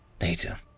Later